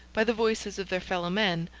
by the voices of their fellow-men,